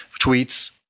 tweets